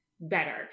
better